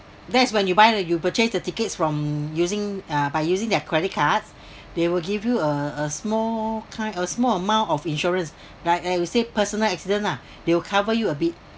that's when you buy the you purchased the tickets from using uh by using their credit cards they will give you a a small kind a small amount of insurance like I would say personal accident ah they will cover you a bit